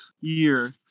year